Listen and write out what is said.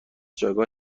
جایگاه